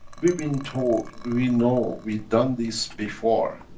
been taught. we know. we've done this before.